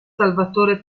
salvatore